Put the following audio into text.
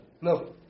No